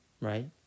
right